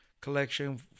collection